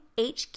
HQ